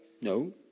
No